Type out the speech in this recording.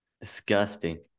disgusting